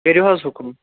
کٔرِو حظ حُکُم